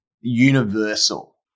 universal